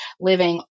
living